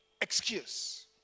excuse